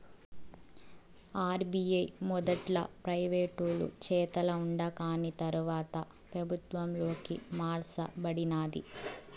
RBI మొదట్ల ప్రైవేటోలు చేతల ఉండాకాని తర్వాత పెబుత్వంలోకి మార్స బడినాది